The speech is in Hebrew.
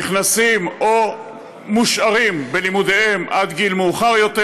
נכנסים, או מושארים בלימודיהם עד גיל מאוחר יותר,